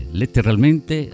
letteralmente